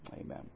Amen